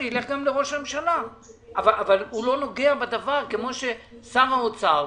אני אלך גם לראש הממשלה אבל הוא לא נוגע בדבר כמו ששר האוצר,